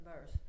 verse